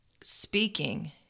speaking